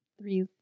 three